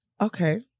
Okay